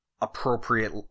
appropriate